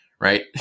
right